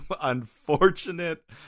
unfortunate